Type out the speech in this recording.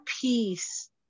peace